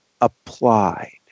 applied